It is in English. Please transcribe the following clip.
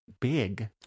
big